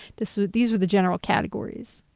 this, these are the general categories.